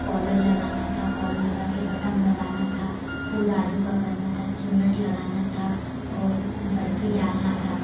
उसमें कॉलर लगा के बटम लगाना था फुल बाजू का करना था चुन्नट लगाना था और बर्फी डालना था